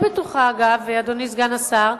אדוני סגן השר,